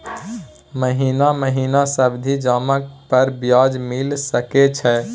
महीना महीना सावधि जमा पर ब्याज मिल सके छै?